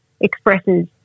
expresses